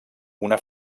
una